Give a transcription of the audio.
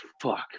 fuck